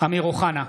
אמיר אוחנה,